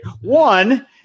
One